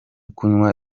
kunywa